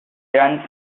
run